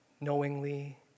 knowingly